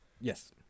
Yes